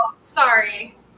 sorry